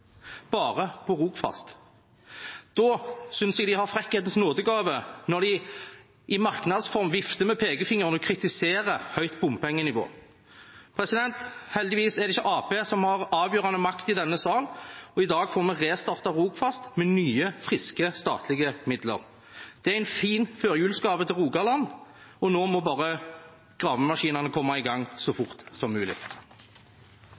bare på grunn av Rogfast! Da synes jeg de har frekkhetens nådegave når de i merknads form vifter med pekefingeren og kritiserer høyt bompengenivå. Heldigvis er det ikke Arbeiderpartiet som har avgjørende makt i denne sal. I dag får vi restartet Rogfast med nye, friske statlige midler. Det er en fin førjulsgave til Rogaland. Nå må bare gravemaskinene komme i gang så